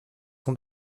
sont